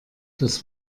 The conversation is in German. das